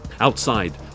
Outside